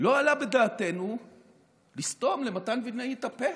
לא עלה בדעתנו לסתום למתן וילנאי את הפה,